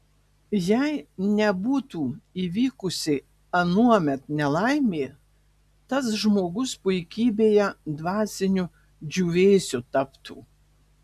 jei nebūtų įvykusi anuomet nelaimė tas žmogus puikybėje dvasiniu džiūvėsiu taptų